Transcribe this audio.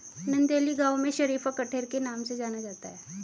नंदेली गांव में शरीफा कठेर के नाम से जाना जाता है